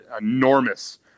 enormous